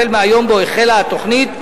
החל מהיום שבו החלה התוכנית,